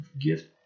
gift